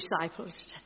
disciples